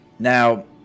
Now